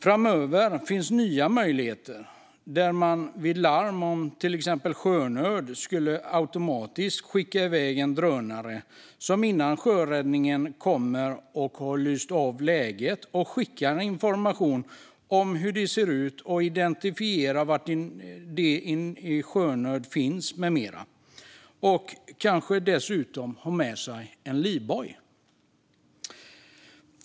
Framöver finns nya möjligheter, där man till exempel vid larm om sjönöd automatiskt skulle kunna skicka iväg drönare som innan sjöräddningen kommer kan skicka information om hur det ser ut och identifiera var de i sjönöd finns med mera och kanske dessutom har med en livboj.